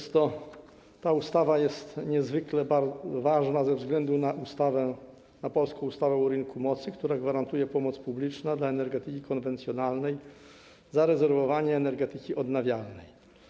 Ta ustawa jest niezwykle ważna ze względu na polską ustawę o rynku mocy, która gwarantuje pomoc publiczną dla energetyki konwencjonalnej, zarezerwowanie energetyki odnawialnej.